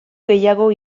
gehiago